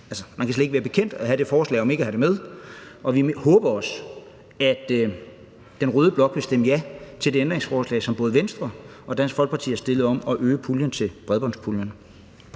man kan slet ikke være bekendt at have det forslag om ikke have det med, og vi håber også, at den røde blok vil stemme ja til det ændringsforslag, som både Venstre og Dansk Folkeparti har stillet om at øge beløbet til bredbåndspuljen.